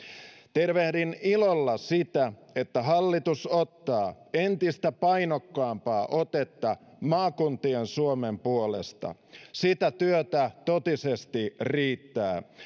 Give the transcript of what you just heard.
tervehdin ilolla sitä että hallitus ottaa entistä painokkaampaa otetta maakuntien suomen puolesta sitä työtä totisesti riittää